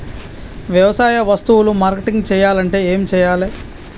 వ్యవసాయ వస్తువులు మార్కెటింగ్ చెయ్యాలంటే ఏం చెయ్యాలే?